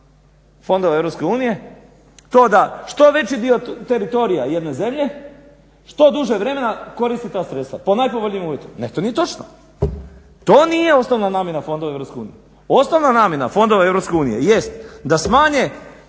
fondova EU to da što veći dio teritorija jedne zemlje što duže vremena koristi ta sredstva po najpovoljnijim uvjetima. Ne, to nije točno. To nije osnovna namjena fondova EU. Osnovna namjena fondova EU jest da smanje